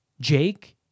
Jake